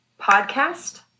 podcast